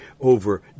over